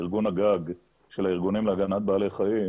ארגון הגג של הארגונים להגנת בעלי חיים